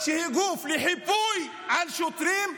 שהיא גוף לחיפוי על שוטרים,